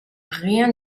rien